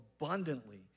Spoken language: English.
abundantly